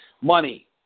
Money